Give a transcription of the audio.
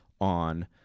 on